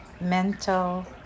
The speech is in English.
mental